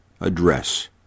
address